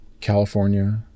California